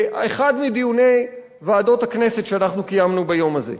באחד מדיוני ועדות הכנסת שאנחנו קיימנו ביום הזה.